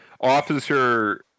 officer